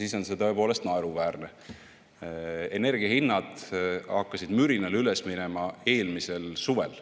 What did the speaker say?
siis on see tõepoolest naeruväärne. Energiahinnad hakkasid mürinal üles minema eelmisel suvel.